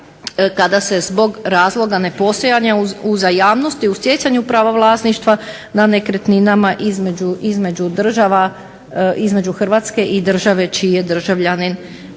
kada se zbog razloga nepostojanja uzajamnosti u stjecanju prava vlasništva nad nekretninama između država, između Hrvatske i države čiji je državljanin